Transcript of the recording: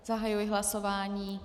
Zahajuji hlasování.